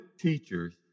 teachers